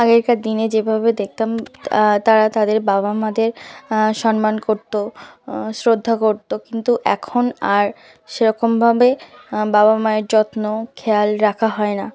আগেকার দিনে যেভাবে দেখতাম তারা তাদের বাবা মাদের সম্মান করতো শ্রদ্ধা করতো কিন্তু এখন আর সেরকমভাবে বাবা মায়ের যত্ন খেয়াল রাখা হয় না